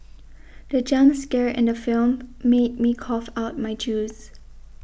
the jump scare in the film made me cough out my juice